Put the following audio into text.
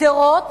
שדרות